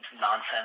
nonsense